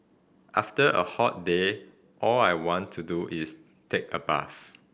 after a hot day all I want to do is take a bath